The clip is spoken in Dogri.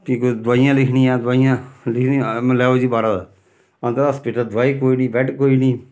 फ्ही कोई दोआइयां लिखनियां दोआइयां लिखियां लैओ जी बाह्रा दा अंदरा दा हास्पिटल दोआई कोई निं बैड कोई निं